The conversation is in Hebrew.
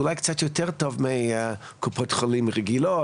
אולי קצת יותר טוב מקופות חולים רגילות,